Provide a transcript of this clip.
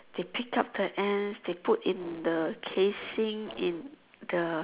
they pick up the ants they put in the casing in the